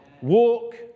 Walk